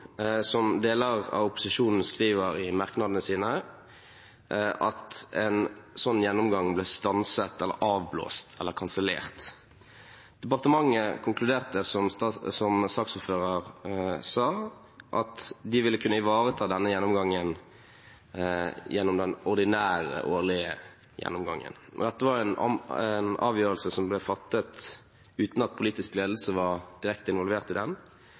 som deler av opposisjonen skriver i merknadene sine, at en slik gjennomgang ble stanset eller avblåst eller kansellert. Departementet konkluderte, som saksordføreren sa, med at de ville kunne ivareta dette gjennom den ordinære årlige gjennomgangen. Dette var en avgjørelse som ble fattet uten at politisk ledelse var direkte involvert i den.